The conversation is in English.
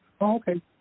Okay